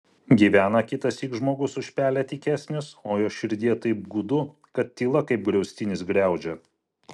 gyvena kitąsyk žmogus už pelę tykesnis o jo širdyje taip gūdu kad tyla kaip griaustinis griaudžia